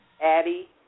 Addie